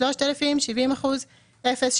3,000 70% מס קניה: אפס,